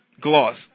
Gloss